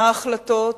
מה ההחלטות